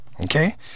Okay